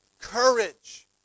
courage